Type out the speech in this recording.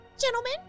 gentlemen